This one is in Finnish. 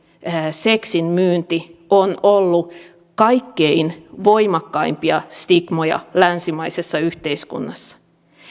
seksin myynti on ollut kaikkein voimakkaimpia stigmoja länsimaisessa yhteiskunnassa